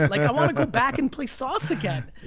i wanna go back and play sauce again.